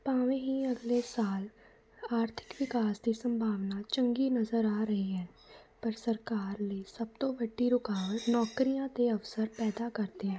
ਭਾਵੇਂ ਹੀ ਅਗਲੇ ਸਾਲ ਆਰਥਿਕ ਵਿਕਾਸ ਦੀ ਸੰਭਾਵਨਾ ਚੰਗੀ ਨਜ਼ਰ ਆ ਰਹੀ ਹੈ ਪਰ ਸਰਕਾਰ ਨੇ ਸਭ ਤੋਂ ਵੱਡੀ ਰੁਕਾਵਟ ਨੌਕਰੀਆਂ 'ਤੇ ਅਵਸਰ ਪੈਦਾ ਕਰਦੇ ਹਨ